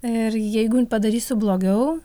ir jeigu padarysiu blogiau